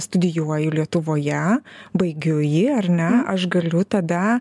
studijuoju lietuvoje baigiu jį ar ne aš galiu tada